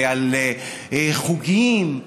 ועל חוגים.